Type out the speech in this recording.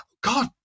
God